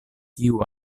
kiu